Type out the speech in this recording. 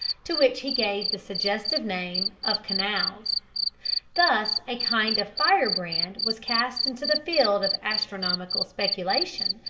to which he gave the suggestive name of canals thus a kind of firebrand was cast into the field of astronomical speculation,